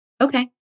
Okay